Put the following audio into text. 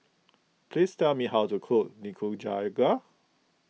please tell me how to cook Nikujaga